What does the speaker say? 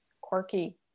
quirky